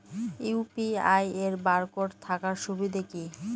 UPI এর barcode থাকার সুবিধে কি?